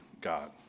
God